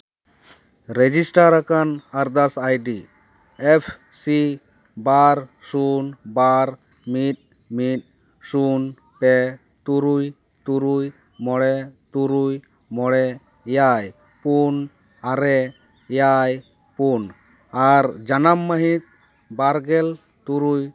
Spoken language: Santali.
ᱨᱮᱡᱤᱥᱴᱟᱨ ᱟᱠᱟᱱ ᱟᱨᱫᱟᱥ ᱟᱭᱰᱤ ᱮᱯᱷ ᱥᱤ ᱵᱟᱨ ᱥᱩᱱ ᱵᱟᱨ ᱢᱤᱫ ᱢᱤᱫ ᱥᱩᱱ ᱯᱮ ᱛᱩᱨᱩᱭ ᱛᱩᱨᱩᱭ ᱢᱚᱬᱮ ᱛᱩᱨᱩᱭ ᱢᱚᱬᱮ ᱮᱭᱟᱭ ᱯᱩᱱ ᱟᱨᱮ ᱮᱭᱟᱭ ᱯᱩᱱ ᱟᱨ ᱡᱟᱱᱟᱢ ᱢᱟᱹᱦᱤᱛ ᱵᱟᱨᱜᱮᱞ ᱛᱩᱨᱩᱭ